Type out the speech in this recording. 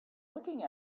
looking